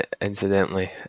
incidentally